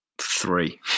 three